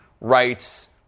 rights